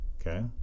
Okay